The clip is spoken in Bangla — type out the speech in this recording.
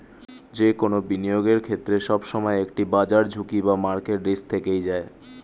যে কোনো বিনিয়োগের ক্ষেত্রে, সবসময় একটি বাজার ঝুঁকি বা মার্কেট রিস্ক থেকেই যায়